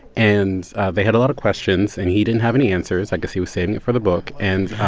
and they had a lot of questions, and he didn't have any answers. i guess he was saving it for the book. and